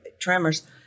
tremors